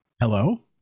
hello